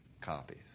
copies